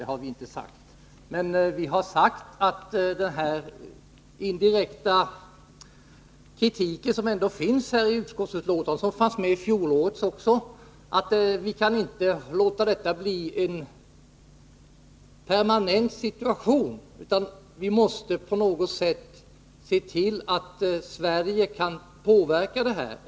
Det har vi inte heller sagt, men vi har hänvisat till den indirekta kritik som ändå finns i utskottsbetänkandet — och som fanns med också i fjolårets betänkande. Det har anförts att vi inte kan låta detta bli en permanent situation, utan att vi måste på något sätt se till att Sverige kan påverka det hela.